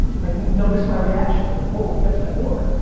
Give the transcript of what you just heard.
like notice my reactions i'm like, whoa, you got to spend more.